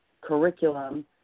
curriculum